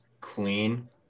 clean